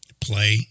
play